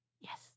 Yes